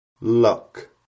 Luck